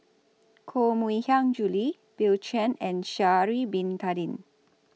Koh Mui Hiang Julie Bill Chen and Sha'Ari Bin Tadin